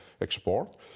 export